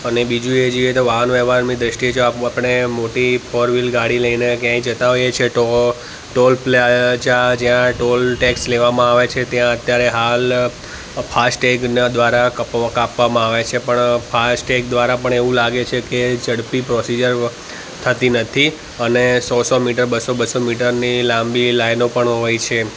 અને બીજું એ જોઈએ તો વાહન વ્યવહારની દૃષ્ટિએ જો આવું આપણે મોટી ફોર વ્હીલર ગાડી લઈને ક્યાંય જતાં હોઈએ છે તો ટોલ પ્લાઝા જ્યાં ટોલ ટૅક્સ લેવામાં આવે છે ત્યાં અત્યારે હાલ ફાસ્ટ ટૅગના દ્વારા કપ કાપવામાં આવે છે પણ ફાસ્ટ ટૅગ દ્વારા પણ એવું લાગે છે કે ઝડપી પ્રોસિજર થતી નથી અને સો સો મીટર બસો બસો મીટરની લાંબી લાઈનો પણ હોય છે